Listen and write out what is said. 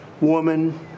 woman